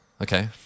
okay